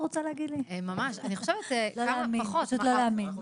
פשוט לא להאמין.